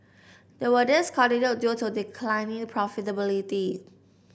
they were discontinued due to declining profitability